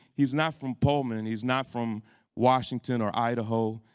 he's not from pullman, he's not from washington, or idaho.